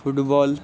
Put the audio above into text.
football